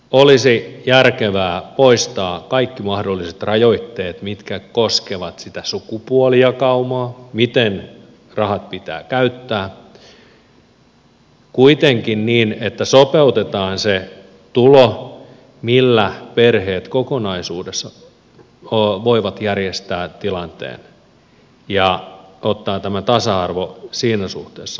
olisi järkevää poistaa kaikki mahdolliset rajoitteet mitkä koskevat sitä sukupuolijakaumaa miten rahat pitää käyttää kuitenkin niin että sopeutetaan se tulo millä perheet kokonaisuudessa voivat järjestää tilanteen ottaen tämä tasa arvo siinä suhteessa huomioon